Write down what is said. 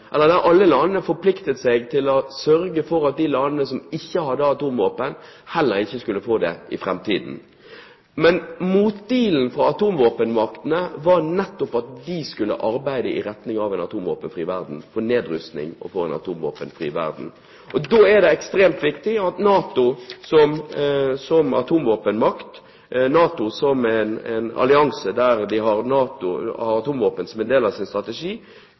landene som ikke hadde atomvåpen, heller ikke skulle få det i framtiden. Mot-dealen fra atomvåpenmaktene var nettopp at de skulle arbeide i retning av en atomvåpenfri verden, for nedrustning og for en atomvåpenfri verden. Da er det ekstremt viktig at NATO som atomvåpenmakt, NATO som en allianse som har atomvåpen som en del av sin strategi,